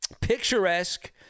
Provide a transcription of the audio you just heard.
picturesque